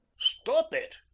stop it?